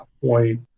point